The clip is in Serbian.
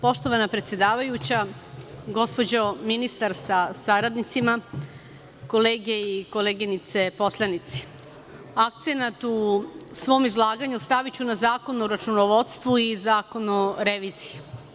Poštovana predsedavajuća, gospođo ministar sa saradnicima, kolege i koleginice poslanici, akcenat u svom izlaganju staviću na zakon o računovodstvu i zakon o reviziji.